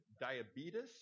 diabetes